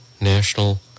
National